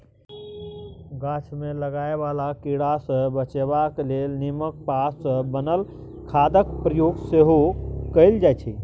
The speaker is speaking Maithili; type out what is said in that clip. गाछ मे लागय बला कीड़ा सँ बचेबाक लेल नीमक पात सँ बनल खादक प्रयोग सेहो कएल जाइ छै